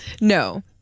No